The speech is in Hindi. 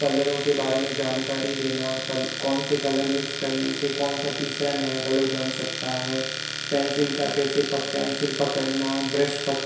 कलरों के बारे में जानकारी देना कल कौन से कलर मिक्स करने से कौन सा तीसरा नया कलर बन सकता है पेंसिल का कैसे पक पेंसिल पकड़ना ब्रश पक